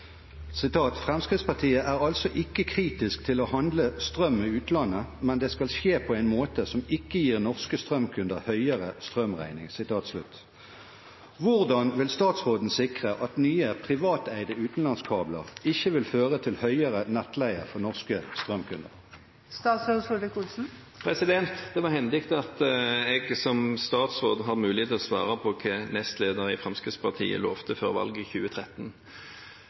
er altså ikke kritisk til å handle strøm med utlandet, men det skal skje på en måte som ikke gir norske strømkunder høyere strømregning.» Hvordan vil statsråden sikre at nye privateide utenlandskabler ikke vil føre til høyere nettleie for norske strømkunder?» Det er hendig at jeg som statsråd har mulighet til å svare på hva nestleder i Fremskrittspartiet lovte før valget i 2013.